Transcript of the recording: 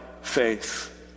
faith